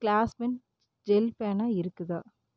classmate gel பேனா இருக்குதா